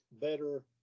better